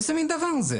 איזה מין דבר זה?